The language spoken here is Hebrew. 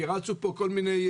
כי רצו פה כל מיני,